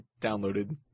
downloaded